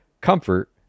comfort